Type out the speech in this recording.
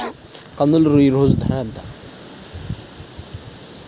కందులు ఈరోజు ఎంత ధర?